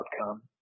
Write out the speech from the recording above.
outcome